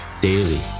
daily